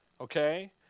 Okay